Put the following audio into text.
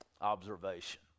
observation